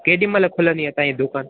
केॾीमहिल खुलंदी आ तव्हांजी दुकानु